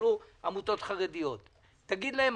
יפסלו עמותות חרדיות - תגיד להם,